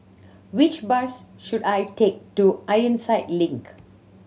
which bus should I take to Ironside Link